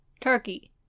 Turkey